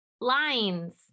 lines